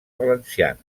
valencianes